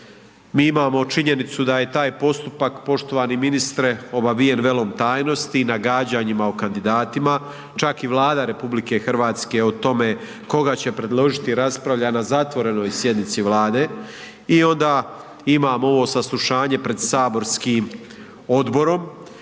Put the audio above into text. Mi imamo činjenicu da je taj postupak poštovani ministre obavijen velom tajnosti i nagađanjima o kandidatima, čak i Vlada RH o tome kome će predložiti raspravlja na zatvorenoj sjednici Vlade i onda imamo ovo saslušanje pred saborskim odborom